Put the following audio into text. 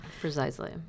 Precisely